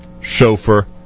chauffeur